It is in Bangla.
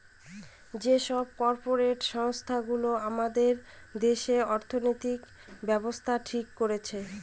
যে সব কর্পরেট সংস্থা গুলো আমাদের দেশে অর্থনৈতিক ব্যাবস্থা ঠিক করছে